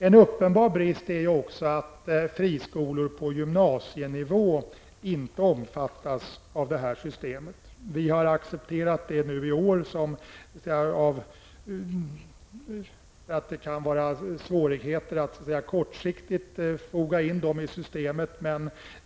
En uppenbar brist är också att friskolor på gymnasienivå inte omfattas av det här systemet. Vi har accepterat det i år, eftersom det kan finnas svårigheter att kortsiktigt foga in dem i systemet.